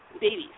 babies